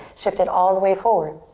shift it all the way forward.